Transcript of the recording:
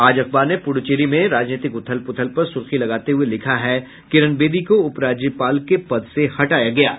आज अखबार ने पुडुचेरी में राजनीतिक उथल पुथल पर सुर्खी लगाते हुये लिखा है किरण बेदी को उपराज्यपाल के पद से हटाया गया है